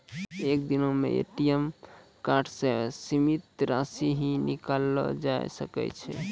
एक दिनो मे ए.टी.एम कार्डो से सीमित राशि ही निकाललो जाय सकै छै